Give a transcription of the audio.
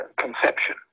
conception